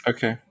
Okay